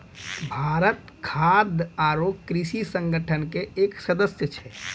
भारत खाद्य आरो कृषि संगठन के एक सदस्य छै